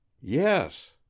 yes